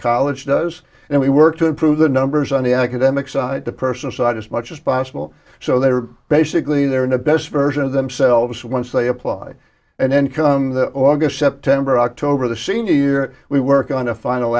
college does and we work to improve the numbers on the academic side the personal side as much as possible so they are basically there in the best version of themselves once they apply and then come the august september october the senior year we work on a final